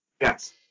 Yes